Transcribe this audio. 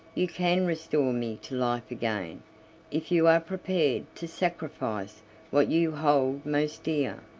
you can restore me to life again if you are prepared to sacrifice what you hold most dear.